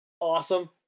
awesome